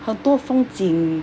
很多风景